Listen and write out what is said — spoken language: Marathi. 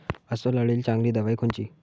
अस्वल अळीले चांगली दवाई कोनची?